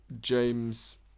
James